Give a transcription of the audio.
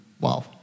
Wow